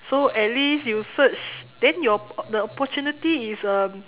so at least you search then your the opportunity is um